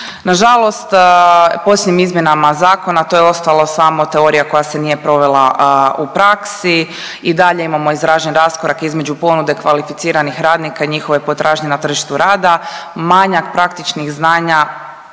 Nažalost posljednjim izmjenama zakona to je ostala samo teorija koja se nije provela u praksi i dalje imamo izražen raskorak između ponude kvalificiranih radnika i njihove potražnje na tržištu rada, manjak praktičnih znanja